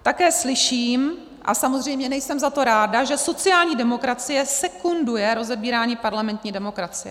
Také slyším, a samozřejmě nejsem za to ráda, že sociální demokracie sekunduje rozebírání parlamentní demokracie.